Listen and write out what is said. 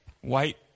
white